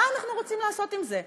מה אנחנו רוצים לעשות עם זה?